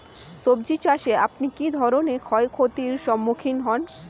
সবজী চাষে আপনি কী ধরনের ক্ষয়ক্ষতির সম্মুক্ষীণ হন?